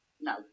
No